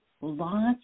lots